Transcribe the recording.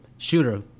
Shooter